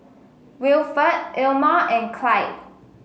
Wilford Ilma and Clide